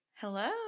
hello